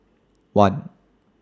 one